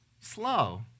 Slow